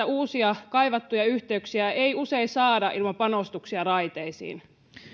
uusia kaivattuja yhteyksiä ei usein saada ilman panostuksia raiteisiin